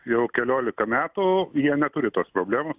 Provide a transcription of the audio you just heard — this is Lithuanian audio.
jau keliolika metų jie neturi tos problemos